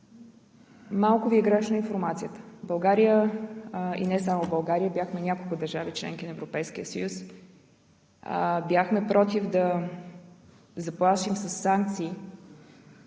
Малко Ви е грешна информацията. Не само България, а няколко държави – членки на Европейския съюз, бяхме „против“ и да заплашим със санкции,